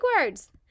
words